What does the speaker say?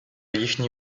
їхні